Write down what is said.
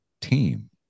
team